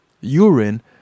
Urine